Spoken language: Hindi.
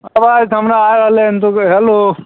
अवाज़ तो हमारी आय रहलै हन तो वह कहै हलो